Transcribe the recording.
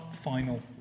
final